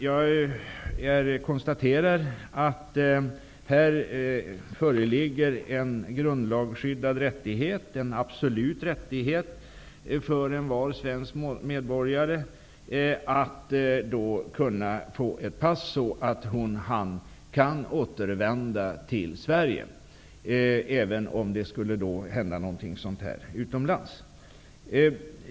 Jag konstaterar att det nu föreligger en grundlagsskyddad rättighet, en absolut rättighet, för en svensk medborgare att kunna få ett nytt pass så att han eller hon kan återvända till Sverige om det skulle hända någonting utomlands.